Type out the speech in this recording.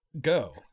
go